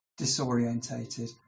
disorientated